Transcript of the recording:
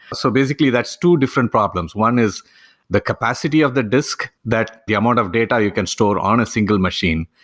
so basically, that's two different problems. one is the capacity of the disk that the amount of data you can store on a single machine,